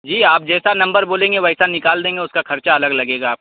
جی آپ جیسا نمبر بولیں گے ویسا نکال دیں گے اس کا خرچ الگ لگے گا آپ کو